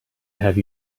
have